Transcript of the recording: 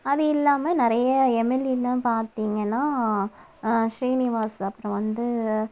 அது இல்லாமல் நிறைய எம்எல்ஏலாம் பார்த்தீங்கன்னா ஸ்ரீனிவாஸ் அப்புறம் வந்து